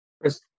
Chris